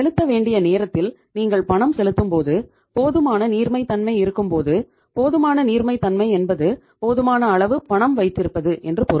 செலுத்த வேண்டிய நேரத்தில் நீங்கள் பணம் செலுத்தும்போது போதுமான நீர்மைத்தன்மை இருக்கும்போது போதுமான நீர்மைத்தன்மை என்பது போதுமான அளவு பணம் வைத்திருப்பது என்று பொருள்